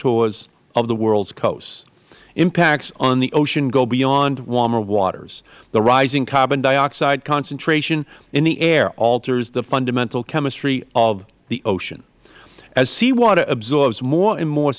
contours of the world's coasts impacts on the ocean go beyond warmer waters the rising carbon dioxide concentration in the air alters the fundamental chemistry of the ocean as sea water absorbs more and more